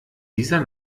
dieser